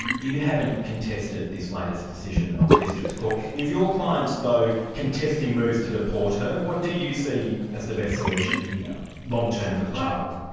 you haven't contested this latest decision of the district court. is your client, though, contesting moves to deport her? what do you see as the best solution here? long term for the child?